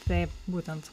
taip būtent